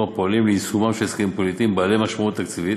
הפועלים ליישומם של הסכמים פוליטיים בעלי משמעות תקציבית,